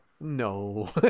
no